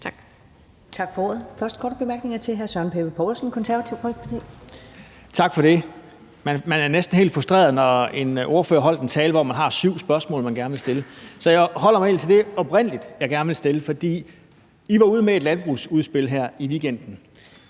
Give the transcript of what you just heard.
Tak for det. Den første korte bemærkning er til hr. Søren Pape Poulsen, Det Konservative Folkeparti. Kl. 14:45 Søren Pape Poulsen (KF): Tak for det. Man er næsten helt frustreret, når en ordfører har holdt en tale, hvortil man har syv spørgsmål, man gerne vil stille, så jeg holder mig helt til det spørgsmål, jeg oprindelig gerne ville stille. I var ude med et landbrugsudspil her i weekenden.